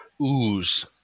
ooze